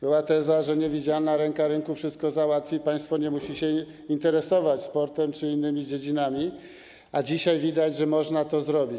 Była teza, że niewidzialna ręka rynku wszystko załatwi, państwo nie musi się interesować sportem czy innymi dziedzinami, a dzisiaj widać, że można to zrobić.